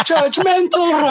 Judgmental